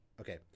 Okay